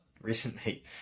recently